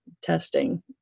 testing